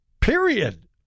period